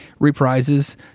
reprises